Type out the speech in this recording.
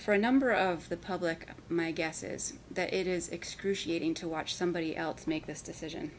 for a number of the public my guess is that it is excruciating to watch somebody else make this decision